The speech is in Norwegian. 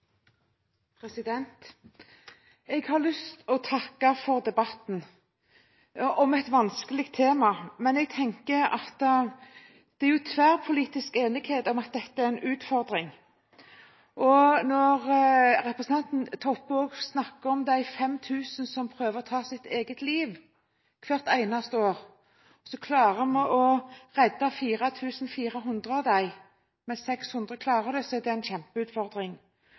debatten om et vanskelig tema, men jeg tenker at det er tverrpolitisk enighet om at dette er en utfordring. Når representanten Toppe også snakker om de 5 000 som prøver å ta sitt eget liv hvert eneste år, klarer vi å redde 4 400 av dem, men 600 klarer det, så det er en kjempeutfordring.